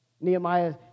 Nehemiah